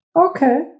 Okay